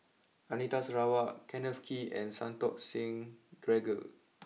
Anita Sarawak Kenneth Kee and Santokh Singh Grewal